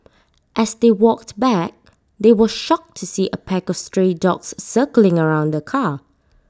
as they walked back they were shocked to see A pack of stray dogs circling around the car